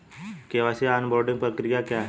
KYC onboarding प्रक्रिया क्या है?